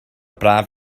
braf